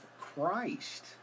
Christ